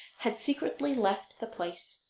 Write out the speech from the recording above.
had secretly left the place.